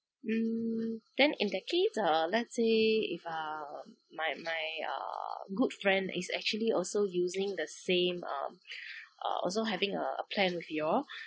mm then in that case uh let's say if uh my my uh good friend is actually also using the same um uh also having a a plan with you all